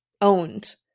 Owned